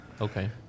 Okay